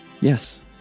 yes